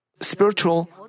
spiritual